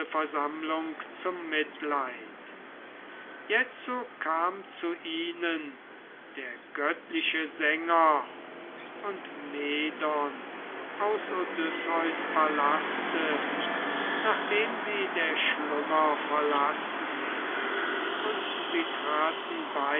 versammlung zum mitleid jetzo kam zu ihnen der göttliche sänger und medon aus odysseus palaste nachdem sie der schlummer verlassen und sie traten beid